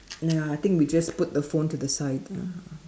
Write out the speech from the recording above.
nah I think we just put the phone to the side ah